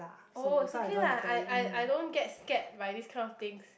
oh it's okay lah I I I don't get scared by this kind of things